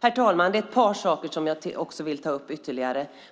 Herr talman! Det är ett par ytterligare saker som jag också vill ta upp.